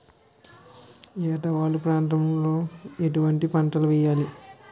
ఏటా వాలు ప్రాంతం లో ఎటువంటి పంటలు వేయాలి?